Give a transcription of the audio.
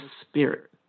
spirit